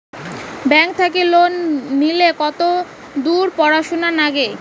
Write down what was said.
Bank থাকি loan নিলে কতদূর পড়াশুনা নাগে?